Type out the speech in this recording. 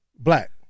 Black